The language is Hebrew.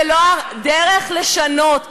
זה לא הדרך לשנות.